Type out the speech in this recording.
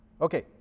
Okay